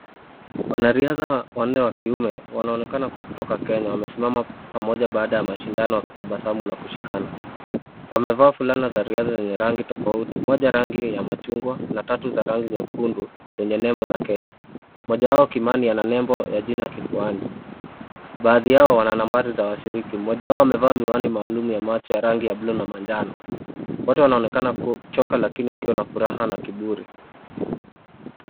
Wanariadha wanne wa kiume wanaonekana kuwa kutoka Kenya wamesimama pamoja baada ya mashindano wakitabasamu na kushikana. Wamevaa fulana za riadha zenye rangi tofauti, moja rangi ya machungwa na tatu za rangi nyekundu zenye nembo za Kenya. Mmoja wao Kimani ana nembo ya jina Kifuani. Baadhi yao wana nambari za washiriki. Mmoja wao amevaa miwani maalum ya macho ya rangi ya blue na manjano. Wote wanaonekana kuchoka lakini wakiwa na furaha na kiburi.